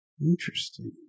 interesting